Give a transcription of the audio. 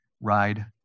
ride